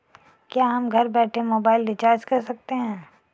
क्या हम घर बैठे मोबाइल रिचार्ज कर सकते हैं?